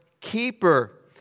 keeper